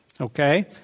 Okay